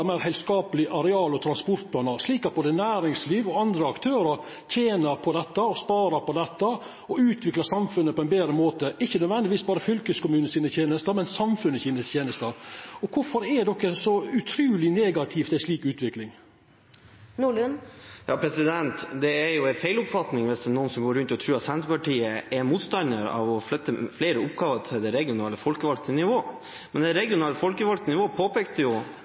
meir heilskaplege areal- og transportplanar, slik at både næringsliv og andre aktørar tener på dette og sparar på dette, og utviklar samfunnet på ein betre måte – ikkje nødvendigvis berre fylkeskommunane sine tenester, men òg samfunnet sine tenester. Kvifor er ein så utruleg negativ til ei slik utvikling? Det er en feiloppfatning hvis noen går rundt og tror at Senterpartiet er motstandere av å flytte flere oppgaver til det regionale folkevalgte nivået. Men det regionale folkevalgte nivået påpekte jo